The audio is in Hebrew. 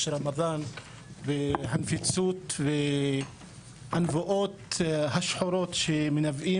רמדאן והנפיצות והנבואות השחורות שמנבאים,